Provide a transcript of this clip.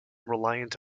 reliant